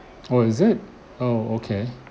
!ow! is it oh okay